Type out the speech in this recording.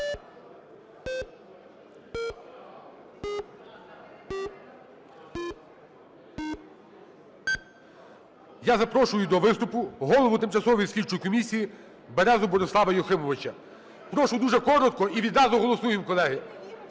Я запрошую до виступу голову Тимчасової слідчої комісії Березу Борислава Юхимовича. Прошу дуже коротко, і відразу голосуємо, колеги.